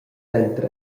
denter